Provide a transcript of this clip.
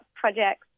projects